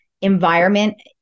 environment